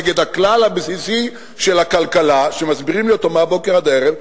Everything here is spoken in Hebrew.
נגד הכלל הבסיסי של הכלכלה שמסבירים לי אותו מהבוקר עד הערב,